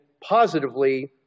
positively